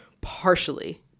partially